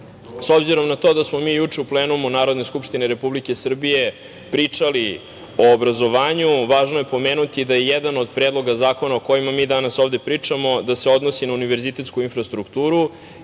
obzirom na to da smo mi juče u plenumu Narodne skupštine Republike Srbije pričali o obrazovanju, važno je pomenuti da je jedan od predloga zakona o kojima mi danas ovde pričamo, da se odnosi na univerzitetsku infrastrukturu.